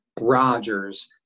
Rogers